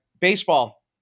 baseball